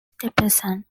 stephenson